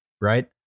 right